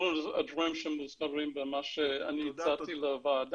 הדברים שמוסברים במה שאני הצעתי לוועדה,